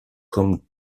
comme